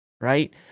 right